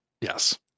Yes